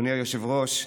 אדוני היושב-ראש,